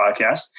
podcast